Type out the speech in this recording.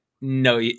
no